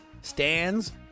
stands